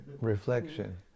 reflection